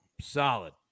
solid